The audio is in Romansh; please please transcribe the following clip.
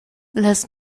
las